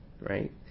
right